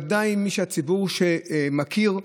ודאי הציבור שמכיר.